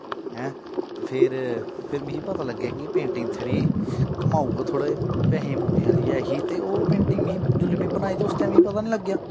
ऐं ते फिर फिर मिगी पता लग्गेआ कि एह् पेंटिंग थोह्ड़ी कमाऊ ऐ थोह्ड़ा पैसें पूसैं आह्ली ऐही ते ओह् पेंटिंग मिगी जोल्लै में बनाई ते उस टाइम मिगी पता नेईं लग्गेआ